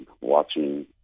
watching